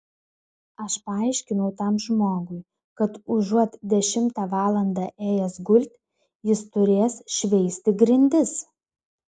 aš paaiškinau tam žmogui kad užuot dešimtą valandą ėjęs gulti jis turės šveisti grindis